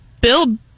Bill